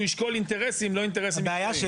ישקול אינטרסים לא אינטרסים מקצועיים.